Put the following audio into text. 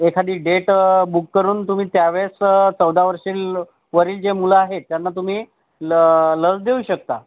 एखादी date book करून तुम्ही त्यावेळेस चौदा वर्षावरील जे मुलं आहेत त्यांना तुम्ही ल लस देऊ शकता